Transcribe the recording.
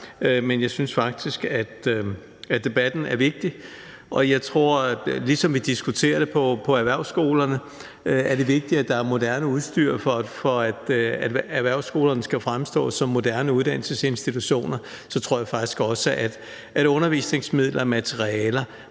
Men jeg synes faktisk, at debatten er vigtig, og jeg tror, at ligesom vi på erhvervsskoleområdet diskuterer, at det er vigtigt, at der er moderne udstyr, for at erhvervsskolerne kan fremstå som moderne uddannelsesinstitutioner, så tror jeg faktisk også, at undervisningsmidler og -materialer